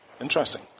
Interesting